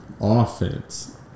offense